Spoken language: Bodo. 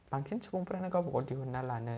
बांसिन सुबुंफोरानो गावबा गाव दिहुनना लानो